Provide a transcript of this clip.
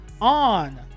on